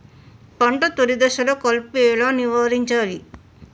పంట తొలి దశలో కలుపు ఎలా నివారించాలి?